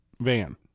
Van